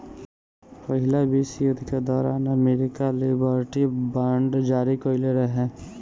पहिला विश्व युद्ध के दौरान अमेरिका लिबर्टी बांड जारी कईले रहे